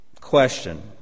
question